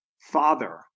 father